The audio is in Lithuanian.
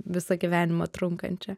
visą gyvenimą trunkančią